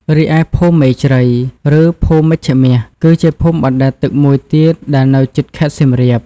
រីឯភូមិមេជ្រៃ ឬភូមិមេជ្ឈមាស គឺជាភូមិបណ្តែតទឹកមួយទៀតដែលនៅជិតខេត្តសៀមរាប។